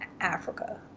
Africa